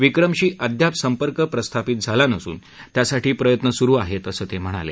विक्रमशी अद्याप संपर्क प्रस्थापित झाला नसून त्यासाठी प्रयत्न सुरु आहेत असं ते म्हणाले